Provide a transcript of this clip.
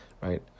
right